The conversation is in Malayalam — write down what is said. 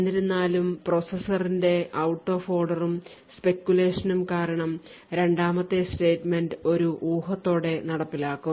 എന്നിരുന്നാലും പ്രോസസ്സറിന്റെ ഔട്ട് ഓഫ് ഓർഡറും speculation നും കാരണം രണ്ടാമത്തെ സ്റ്റേറ്റ് മെൻറ് ഒരു ഊഹത്തോടെ നടപ്പിലാക്കും